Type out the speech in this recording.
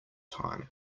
time